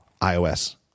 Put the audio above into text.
iOS